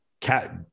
cat